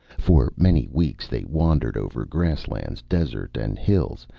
for many weeks they wandered over grasslands, desert and hills,